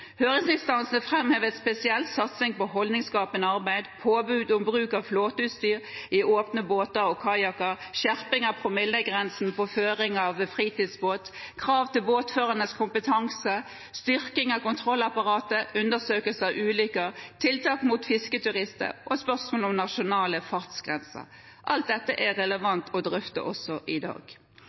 Høringsinstansene framhevet spesielt satsing på holdningsskapende arbeid, påbud om bruk av flåteutstyr i åpne båter og kajakker, skjerping av promillegrensen ved føring av fritidsbåt, krav til båtførernes kompetanse, styrking av kontrollapparatet, undersøkelser av ulykker, tiltak rettet mot fisketurister og spørsmål om nasjonale fartsgrenser. Alt dette er relevant å drøfte også i dag.